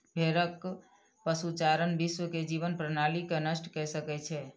भेड़क पशुचारण विश्व के जीवन प्रणाली के नष्ट कय सकै छै